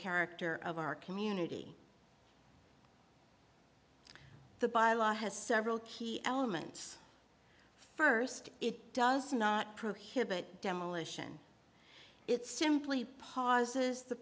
character of our community the bylaw has several key elements first it does not prohibit demolition it simply pauses the